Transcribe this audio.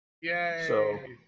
Yay